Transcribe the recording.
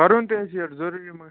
پَرُن تہِ حظ چھُ یورٕ ضُروٗری مگر